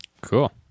Cool